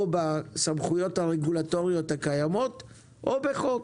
בסמכויות הרגולטוריות הקיימות או בחוק,